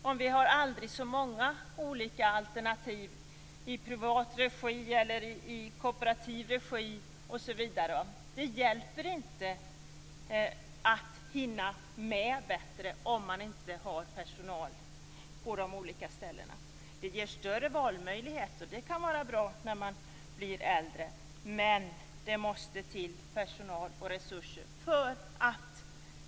Oavsett hur många olika alternativ man har, i privat eller kooperativ regi osv., hinner man inte bättre med uppgifterna, om man inte har personal på de olika ställena. De ger större valmöjligheter, och det kan vara bra när man blir äldre, men det måste till personal och resurser.